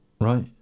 right